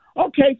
Okay